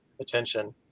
attention